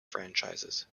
franchises